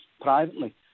privately